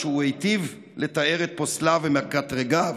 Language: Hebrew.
שהוא היטיב לתאר את פוסליו ומקטרגיו